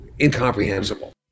incomprehensible